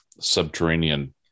subterranean